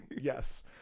Yes